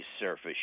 surface